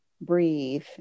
breathe